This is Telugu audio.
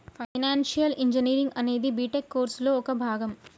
ఫైనాన్షియల్ ఇంజనీరింగ్ అనేది బిటెక్ కోర్సులో ఒక భాగం